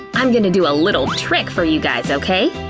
i'm gonna do a little trick for you guys, okay?